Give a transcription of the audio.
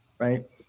Right